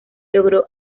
logró